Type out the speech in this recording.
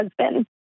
husband